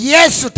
Yes